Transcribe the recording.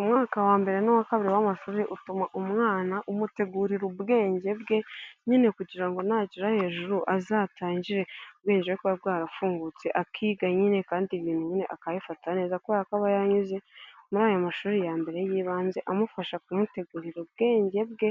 Umwaka wa mbere n'uwa kabiri w'amashuri utuma umwana umutegurira ubwenge bwe nyine kugira ngo nagera hejuru azatangire ubwenge bwarafungutse, akiga nyine kandi ibintu akabifata neza kubera ko aba yanyuze muri aya mashuri ya mbere y'ibanze amufasha kumutegurira ubwenge bwe.